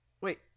wait